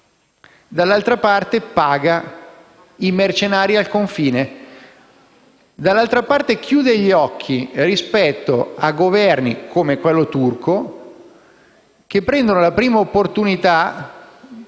dall'altra, paga i mercenari al confine e chiude gli occhi rispetto a Governi, come quello turco, che prendono la prima opportunità